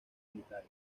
militares